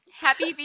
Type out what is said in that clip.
Happy